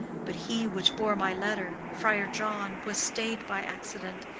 but he which bore my letter, friar john, was stay'd by accident,